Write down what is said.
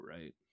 right